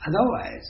Otherwise